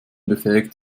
befähigt